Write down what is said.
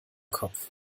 kopf